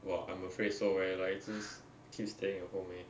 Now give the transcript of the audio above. well I'm afraid so leh like 一直 keep staying at home leh